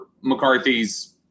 McCarthy's